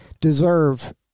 deserve